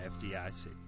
FDIC